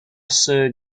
sir